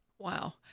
Wow